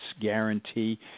guarantee